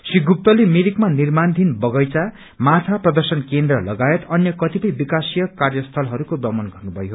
श्री गुप्ताले मिरिकमा निर्माणधि बगैचा माछा प्रर्दशन केन्द्र लगायत अन्य कतिपय बिकासिय काव्रस्थलहरूको भ्रमण गर्नु भयो